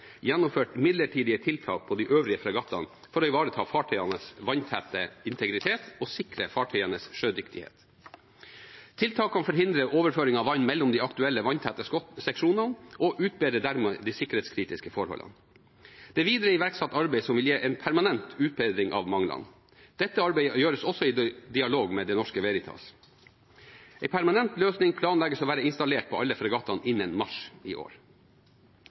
gjennomført midlertidige tiltak på de øvrige fregattene for å ivareta fartøyenes vanntette integritet og sikre fartøyenes sjødyktighet. Tiltakene forhindrer overføring av vann mellom de aktuelle vanntette seksjonene og utbedrer dermed de sikkerhetskritiske forholdene. Det er videre iverksatt arbeid som vil gi en permanent utbedring av manglene. Dette arbeidet gjøres også i dialog med Det Norske Veritas. En permanent løsning planlegges å være installert på alle fregattene innen mars i år.